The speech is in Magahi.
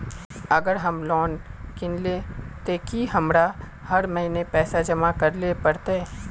अगर हम लोन किनले ते की हमरा हर महीना पैसा जमा करे ले पड़ते?